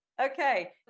Okay